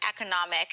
economic